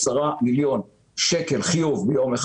מגיע לכנסת ולוועדת הכספים ולפני שיש אפשרות לקיים ביחס אליו דיון.